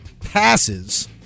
passes